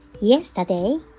yesterday